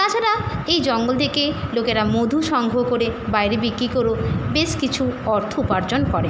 তাছাড়া এই জঙ্গল থেকে লোকেরা মধু সংগহ করে বাইরে বিক্রি করেও বেশ কিছু অর্থ উপার্জন করে